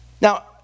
Now